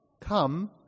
come